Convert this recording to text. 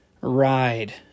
ride